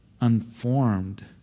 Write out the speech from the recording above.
unformed